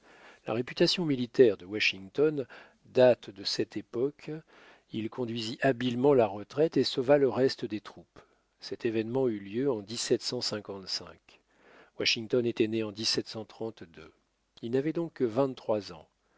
la réputation militaire de washington date de cette époque il conduisit habilement la retraite et sauva le reste des troupes cet événement eut lieu en washington était né en il n'avait donc que vingt-trois ans